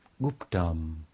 Guptam